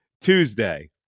Tuesday